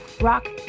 rock